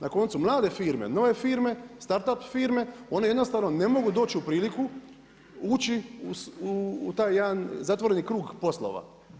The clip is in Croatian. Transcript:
Na koncu, mlade firme, nove firme start up firme one jednostavno ne mogu doć u priliku ući u taj jedan zatvoreni krug poslova.